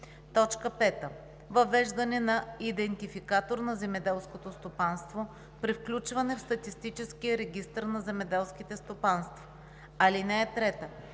5. въвеждане на идентификатор на земеделското стопанство при включване в статистическия регистър на земеделските стопанства; (3)